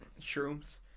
shrooms